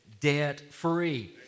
debt-free